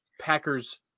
packers